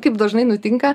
kaip dažnai nutinka